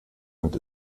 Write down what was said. und